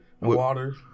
water